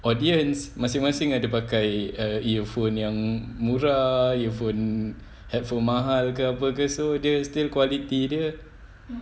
audience masing-masing ada pakai err earphone yang murah earphone handphone mahal ke apa ke so dia still quality dia